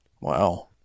Wow